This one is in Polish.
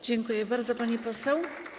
Dziękuję bardzo, pani poseł.